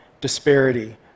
disparity